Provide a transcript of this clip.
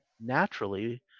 naturally